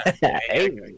Hey